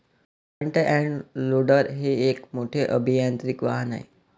front end loader हे एक मोठे अभियांत्रिकी वाहन आहे